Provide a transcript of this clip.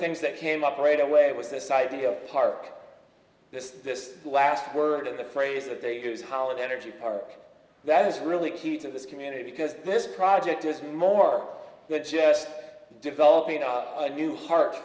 things that came up right away was this idea of park this this last word of the phrase that they use how an energy park that is really key to this community because this project is more than just developing a new heart